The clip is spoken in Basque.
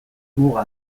muga